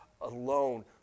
alone